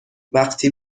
وقتی